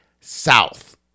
South